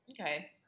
Okay